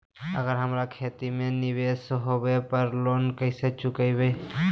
अगर हमरा खेती में निवेस होवे पर लोन कैसे चुकाइबे?